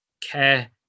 care